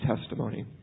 testimony